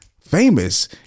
famous